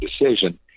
decision